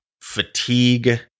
Fatigue